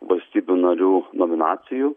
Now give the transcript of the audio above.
valstybių narių nominacijų